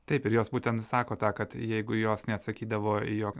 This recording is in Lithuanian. taip ir jos būtent sako tą kad jeigu jos neatsakydavo į jo